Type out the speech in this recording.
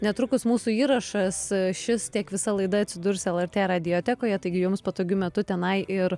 netrukus mūsų įrašas šis tiek visa laida atsidurs lrt radiotekoje taigi jums patogiu metu tenai ir